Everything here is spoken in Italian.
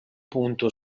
punto